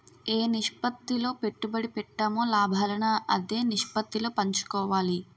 ఏ నిష్పత్తిలో పెట్టుబడి పెట్టామో లాభాలను అదే నిష్పత్తిలో పంచుకోవాలి